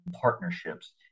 partnerships